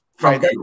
Right